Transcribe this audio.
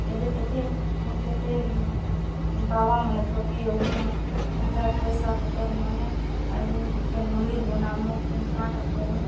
ଏବେ କେତେନି କେତେ ବାବାମାନେ ଠକି ଅଉଛନ୍ ଏନ୍ତା ପଏସା ପତର୍ମାନେ ଆରୁ କେନ୍ ମନ୍ଦିର୍ ବନାମୁ କେନ୍ କାଏଁଟା କର୍ମୁ